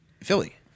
Philly